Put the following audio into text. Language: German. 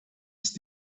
ist